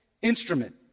instrument